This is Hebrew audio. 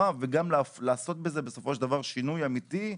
וגם לעשות בזה בסופו של דבר שינוי אמיתי,